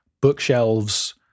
bookshelves